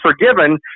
forgiven